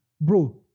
bro